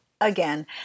again